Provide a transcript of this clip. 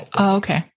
Okay